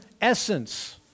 essence